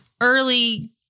early